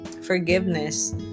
forgiveness